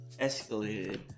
escalated